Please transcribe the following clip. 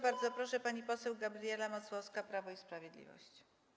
Bardzo proszę, pani poseł Gabriela Masłowska, Prawo i Sprawiedliwość.